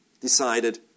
decided